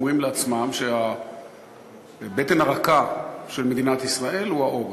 אומרים לעצמם שהבטן הרכה של מדינת ישראל היא העורף.